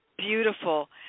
beautiful